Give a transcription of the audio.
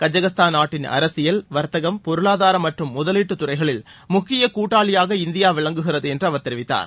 Kazakhstan நாட்டின் அரசியல் வர்த்தகம் பொருளாதாரம் மற்றும் முதலீட்டு துறைகளில் முக்கிய கூட்டாளியாக இந்தியா விளங்குகிறது என்று அவர் தெரிவித்தார்